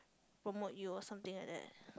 promote you or something like that